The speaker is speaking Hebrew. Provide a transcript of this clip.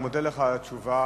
אני מודה לך על התשובה,